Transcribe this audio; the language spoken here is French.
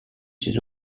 ses